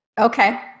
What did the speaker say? Okay